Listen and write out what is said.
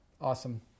Awesome